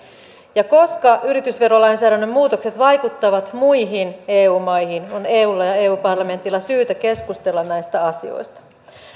koska yritysverolainsäädännön muutokset vaikuttavat muihin eu maihin on eulla ja eu parlamentilla syytä keskustella näistä asioista